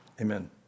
Amen